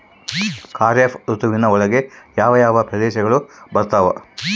ಖಾರೇಫ್ ಋತುವಿನ ಒಳಗೆ ಯಾವ ಯಾವ ಪ್ರದೇಶಗಳು ಬರ್ತಾವ?